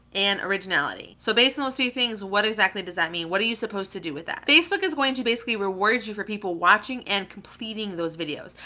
and originality. so, based on those three things, what exactly does that mean? what are you supposed to do with that? facebook is going to basically reward you for people watching and completing those videos.